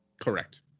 Correct